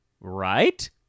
Right